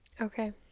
Okay